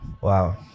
Wow